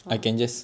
!wah!